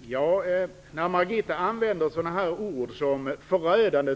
Fru talman! När Margitta Edgren använder ord som "förödande"